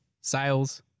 sales